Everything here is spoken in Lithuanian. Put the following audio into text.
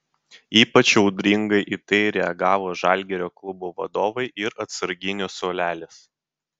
ypač audringai į tai reagavo žalgirio klubo vadovai ir atsarginių suolelis